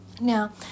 Now